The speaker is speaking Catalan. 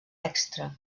extra